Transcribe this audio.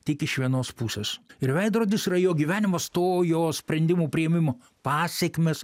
tik iš vienos pusės ir veidrodis yra jo gyvenimas to jo sprendimų priėmimo pasekmės